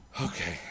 Okay